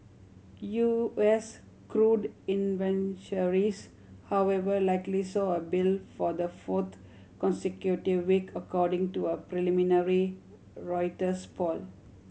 U S crude however likely saw a build for the fourth consecutive week according to a preliminary Reuters poll